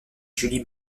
julie